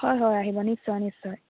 হয় হয় আহিব নিশ্চয় নিশ্চয়